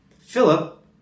Philip